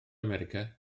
america